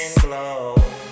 glow